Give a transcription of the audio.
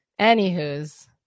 Anywho's